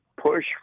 push